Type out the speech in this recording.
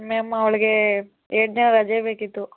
ma'am ಅವ್ಳಿಗೆ ಎರಡು ದಿನ ರಜೆ ಬೇಕಿತ್ತು